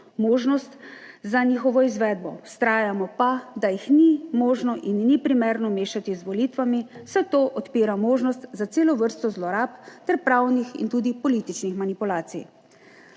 možnost za njihovo izvedbo, vztrajamo pa, da jih ni možno in ni primerno mešati z volitvami, saj to odpira možnost za celo vrsto zlorab ter pravnih in tudi političnih manipulacij.